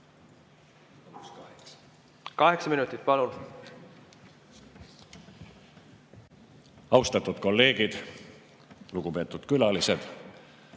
Kaheksa minutit, palun! Austatud kolleegid! Lugupeetud külalised!